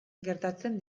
gertatzen